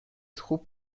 خوب